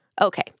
Okay